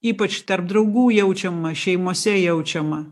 ypač tarp draugų jaučiama šeimose jaučiama